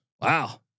Wow